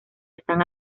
están